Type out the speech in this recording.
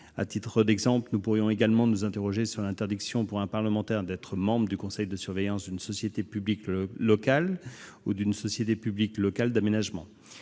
à titre d'exemple, nous pourrions nous interroger sur l'interdiction pour un parlementaire membre du conseil de surveillance d'une société publique locale ou d'une société publique locale d'aménagement.